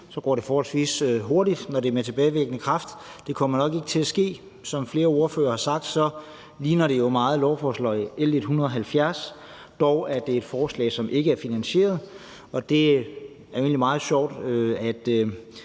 Så går det forholdsvis hurtigt, når det er med tilbagevirkende kraft. Det kommer nok ikke til at ske. Som flere ordførere har sagt, ligner det jo meget lovforslag L 170. Dog er det et forslag, som ikke er finansieret, og det er jo egentlig meget sjovt, at